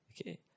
Okay